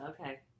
Okay